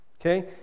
okay